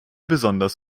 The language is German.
besonders